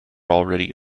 already